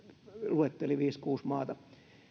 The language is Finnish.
luetteli viisi kuusi maata